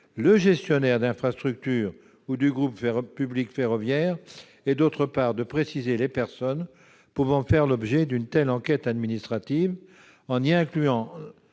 le gestionnaire d'infrastructure ou du groupe public ferroviaire et, d'autre part, de préciser quelles personnes peuvent faire l'objet d'une telle enquête administrative, en y incluant